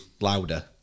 louder